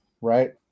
right